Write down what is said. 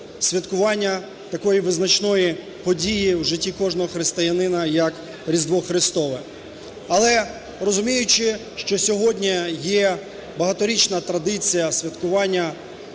святкування такої визначної події в житті кожного християнина, як Різдво Христове. Але, розуміючи, що сьогодні є багаторічна традиція святкування